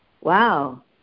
Wow